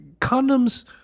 condoms